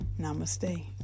namaste